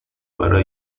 para